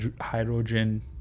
hydrogen